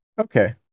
okay